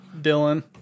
dylan